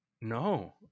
No